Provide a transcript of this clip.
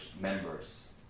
members